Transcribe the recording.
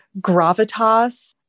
gravitas